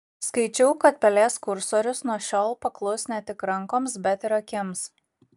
skaičiau kad pelės kursorius nuo šiol paklus ne tik rankoms bet ir akims